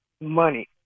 money